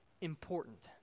important